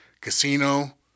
casino